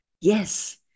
Yes